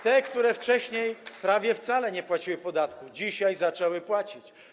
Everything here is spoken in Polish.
Te, które wcześniej prawie wcale nie płaciły podatków, dzisiaj zaczęły płacić.